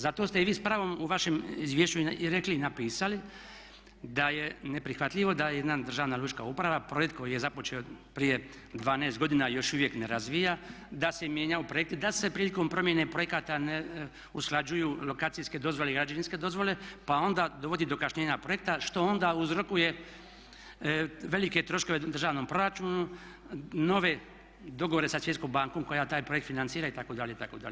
Zato ste i vi s pravom u vašem izvješću i rekli i napisali da je neprihvatljivo da jedna državna lučka uprava projekt koji je započeo prije 12 godina još uvijek ne razvija, da se mijenjaju projekti, da se prilikom promjene projekata ne usklađuju lokacijske dozvole i građevinske dozvole pa onda dovodi do kašnjenja projekta što onda uzrokuje velike troškove državnom proračunu, nove dogovore sa Svjetskom bankom koja taj projekt financira itd., itd.